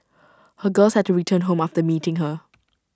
her girls had to return home after meeting her